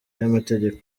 y’amategeko